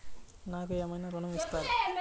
నాకు ఏమైనా ఋణం ఇస్తారా?